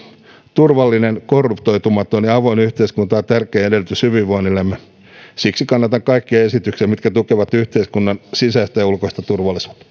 turvallinen korruptoitumaton ja avoin yhteiskunta on tärkeä edellytys hyvinvoinnillemme siksi kannatan kaikkia esityksiä mitkä tukevat yhteiskunnan sisäistä ja ulkoista turvallisuutta